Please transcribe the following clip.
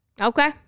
Okay